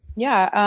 yeah.